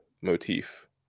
motif